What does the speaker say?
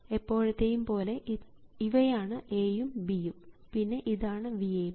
എപ്പോഴത്തെയും പോലെ ഇവയാണു A യും B യും പിന്നെ ഇതാണു VAB